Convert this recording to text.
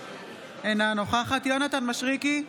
אינה נוכחת יונתן מישרקי,